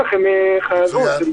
הן מחויבות.